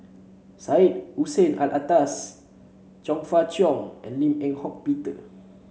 Syed Hussein Alatas Chong Fah Cheong and Lim Eng Hock Peter